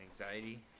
Anxiety